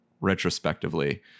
retrospectively